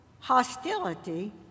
hostility